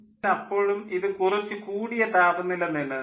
എന്നാൽ അപ്പോളും ഇത് കുറച്ചു കൂടിയ താപനില നിലനിർത്തും